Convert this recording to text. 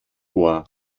ohr